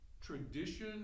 tradition